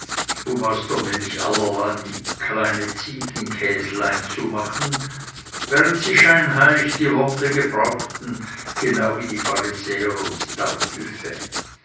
um aus der milch allerhand kleine ziegenkäslein zu machen während sie scheinheilig die worte gebrauchten genau wie die pharisäer und